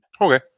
Okay